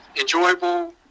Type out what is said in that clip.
enjoyable